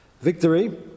victory